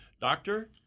Doctor